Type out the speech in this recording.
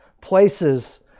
Places